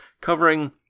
covering